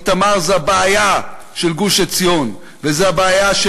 איתמר זה הבעיה של גוש-עציון וזה הבעיה של